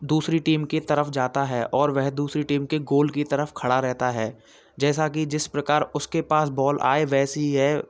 दूसरी टीम की तरफ जाता है और वह दूसरी टीम के गोल की तरफ खड़ा रहता है जैसा कि जिस प्रकार उसके पास बॉल आए वैसे ही यह